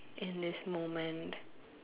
in this moment